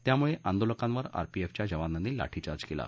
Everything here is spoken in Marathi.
त्यामुळ आदोलकांवर आरपीएफच्या जवानांनी लाठीचार्ज कल्वा